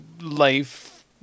life